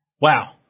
Wow